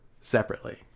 Separately